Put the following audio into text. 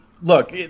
Look